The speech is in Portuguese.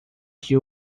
que